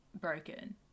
broken